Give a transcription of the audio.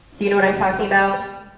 you know what i'm talking about?